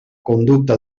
conducta